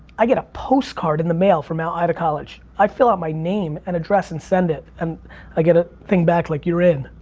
i get a postcard in the mail from mount ida college. i fill out my name and address and send it, and i get a thing back, like, you're in.